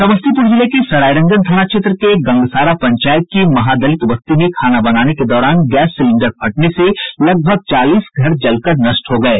समस्तीपुर जिले के सरायरंजन थाना क्षेत्र के गंगसारा पंचायत की महादलित बस्ती में खाना बनाने के दौरान गैस सिलेन्डर फटने से लगभग चालीस घर जल कर नष्ट हो गये